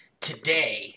today